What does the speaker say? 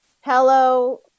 Hello